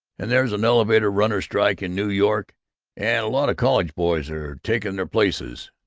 and there's an elevator-runners' strike in new york and a lot of college boys are taking their places.